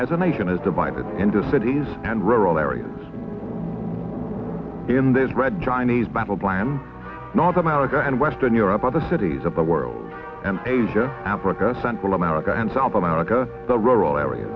as a nation is divided into cities and rural areas in the red chinese battle plan north america and western europe of the cities of the world and asia africa central america and south america the rural area